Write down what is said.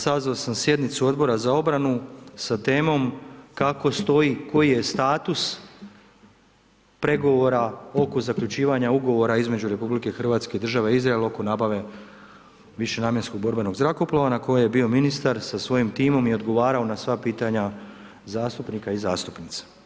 Sazvao sam sjednicu Odbora za obranu sa temom kako stoji, koji je status pregovora oko zaključivanja ugovora između RH i države Izrael oko nabave višenamjenskog borbenog zrakoplova na kojoj je bio ministar sa svojim timom i odgovarao na sva pitanja zastupnika i zastupnica.